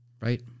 Right